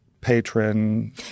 patron